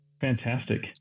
Fantastic